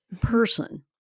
person